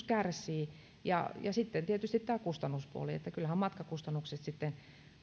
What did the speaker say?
kärsii ja ja sitten tietysti tämä kustannuspuoli kyllähän matkakustannukset sitten